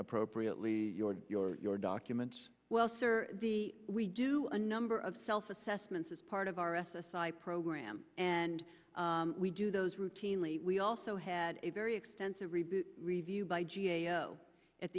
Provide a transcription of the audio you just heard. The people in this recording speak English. appropriately your your your documents well sir the we do a number of self assessments as part of our s s i program and we do those routinely we also had a very extensive review by g a o at